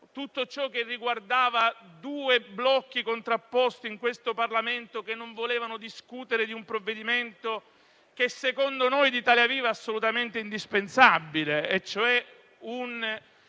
tutto ciò che riguardava due blocchi contrapposti in questo Parlamento che non volevano discutere di un provvedimento che, secondo noi di Italia Viva, è assolutamente indispensabile, ovvero un